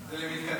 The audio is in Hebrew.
לא.